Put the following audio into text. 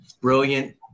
Brilliant